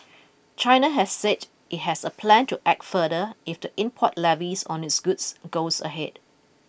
China has said it has a plan to act further if the import levies on its goods goes ahead